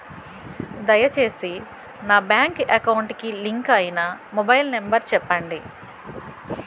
దయచేసి నా bank account కి లింక్ అయినా మొబైల్ నంబర్ చెప్పండి